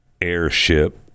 airship